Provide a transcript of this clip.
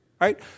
right